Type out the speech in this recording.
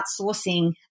outsourcing